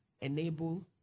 enable